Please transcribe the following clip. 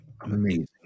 Amazing